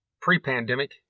pre-pandemic